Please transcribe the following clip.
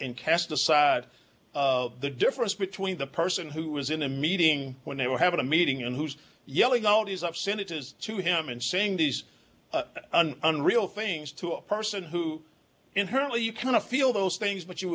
and cast aside of the difference between the person who was in a meeting when they were having a meeting and who's yelling out is of sin it is to him and saying these are unreal things to a person who inherently you kind of feel those things but you